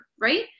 right